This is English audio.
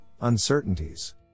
uncertainties